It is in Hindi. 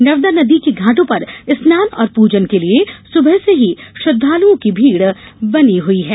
नर्मदा नदी के घाटों पर स्नान और पूजन के लिए सुबह से ही श्रद्वालुओं की भीड़ बनी हुई है